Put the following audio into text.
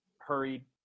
hurried